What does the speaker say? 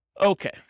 Okay